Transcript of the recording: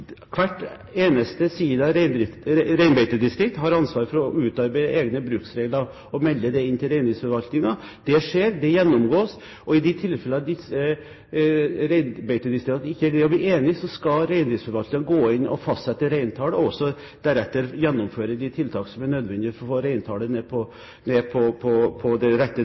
hvert eneste sida-reinbeitedistrikt har ansvaret for å utarbeide egne bruksregler og melde dem inn til Reindriftsforvaltningen. Det skjer, det gjennomgås, og i de tilfellene disse reinbeitedistriktene ikke greier å bli enige, skal reindriftsforvalterne gå inn og fastsette reintall og deretter gjennomføre de tiltak som er nødvendige for å få reintallet ned på det rette nivået. Her gjøres den jobben daglig. Her følges det